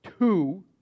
two